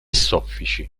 soffici